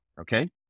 okay